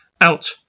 out